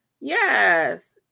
Yes